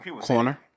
Corner